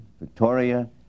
Victoria